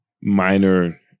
minor